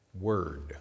Word